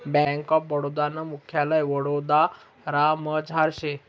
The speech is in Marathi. बैंक ऑफ बडोदा नं मुख्यालय वडोदरामझार शे